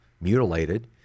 mutilated